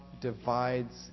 divides